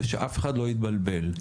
ושאף אחד לא יתבלבל,